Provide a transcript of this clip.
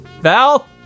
Val